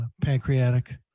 pancreatic